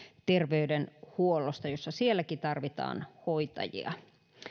terveydenhuollosta jossa sielläkin tarvitaan hoitajia